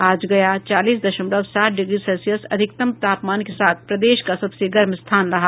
आज गया चालीस दशमलव सात डिग्री सेल्सियस अधिकतम तापमान के साथ प्रदेश का सबसे गर्म स्थान रहा